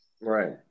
Right